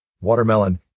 watermelon